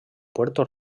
puerto